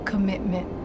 Commitment